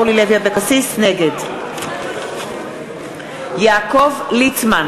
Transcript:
נגד יעקב ליצמן,